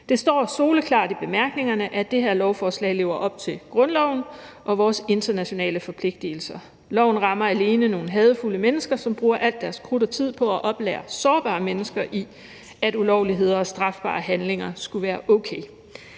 Det står soleklart i bemærkningerne, at det her lovforslag lever op til grundloven og vores internationale forpligtigelser. Loven rammer alene nogle hadefulde mennesker, som bruger al deres krudt og tid på at oplære sårbare mennesker i, at ulovligheder og strafbare handlinger skulle være okay.